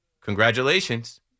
Congratulations